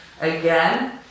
Again